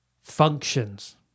functions